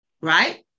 right